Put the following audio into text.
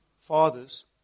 fathers